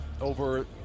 over